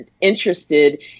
interested